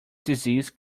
disease